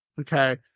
okay